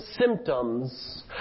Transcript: symptoms